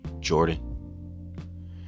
Jordan